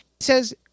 says